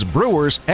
Brewers